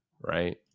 right